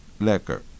Lekker